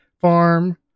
farm